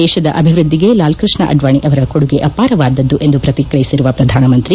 ದೇಶದ ಅಭಿವೃದ್ದಿಗ ಲಾಲ್ಕೃಷ್ಣ ಅಡ್ವಾಣ ಅವರ ಕೊಡುಗೆ ಅಪಾರವಾದದ್ದು ಎಂದು ಪ್ರತಿಕ್ರಿಯಿಸಿರುವ ಪ್ರಧಾನ ಮಂತ್ರಿ